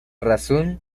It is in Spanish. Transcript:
razón